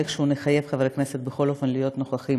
ואיכשהו נחייב חברי כנסת בכל אופן להיות נוכחים,